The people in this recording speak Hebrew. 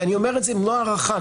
ואני אומר את זה במלוא ההערכה,